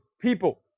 people